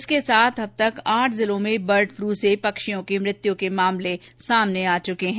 इसके साथ अब तक आठ जिलों में बर्ड फ्लू से पक्षियों की मृत्यु के मामले सामने आ चुके हैं